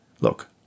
Look